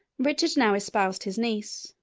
richard now espoused his niece,